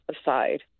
aside